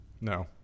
No